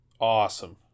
Awesome